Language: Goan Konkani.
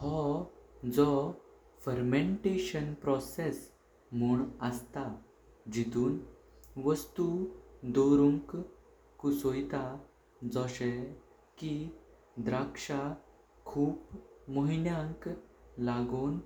हों जो फर्मेन्टेशन प्रोसेस म्हुन असता जितून वस्तु दॊरून कुसॉयता। जोसे की द्राक्षा खूफ मॊहिण्याक लागॊन